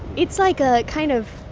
it's like a kind of